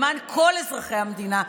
למען כל אזרחי המדינה,